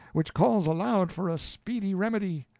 which calls aloud for a speedy remedy.